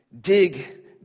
dig